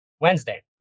Wednesday